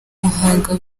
guhunga